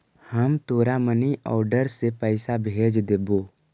हम तोरा money order से पइसा भेज देबो